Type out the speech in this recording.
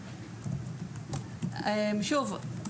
שוב,